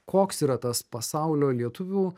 koks yra tas pasaulio lietuvių